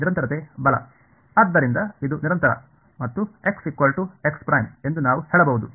ನಿರಂತರತೆ ಬಲ ಆದ್ದರಿಂದ ಇದು ನಿರಂತರ ಮತ್ತು ಎಂದು ನಾವು ಹೇಳಬಹುದು